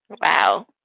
Wow